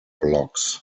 blocks